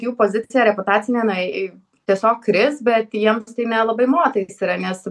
jų pozicija reputacinė nai tiesiog kris bet jiems tai nelabai motais yra nes